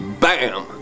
BAM